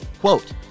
quote